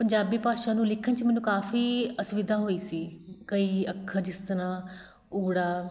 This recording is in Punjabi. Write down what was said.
ਪੰਜਾਬੀ ਭਾਸ਼ਾ ਨੂੰ ਲਿਖਣ 'ਚ ਮੈਨੂੰ ਕਾਫੀ ਅਸੁਵਿਧਾ ਹੋਈ ਸੀ ਕਈ ਅੱਖਰ ਜਿਸ ਤਰ੍ਹਾਂ ਉੜਾ